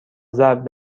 ضرب